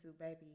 baby